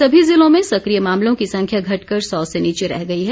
सभी जिलों में सक्रिय मामलों की संख्या घटकर सौ से नीचे रह गई है